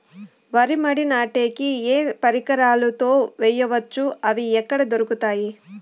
వరి మడి నాటే కి ఏ పరికరాలు తో వేయవచ్చును అవి ఎక్కడ దొరుకుతుంది?